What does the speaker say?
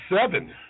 seven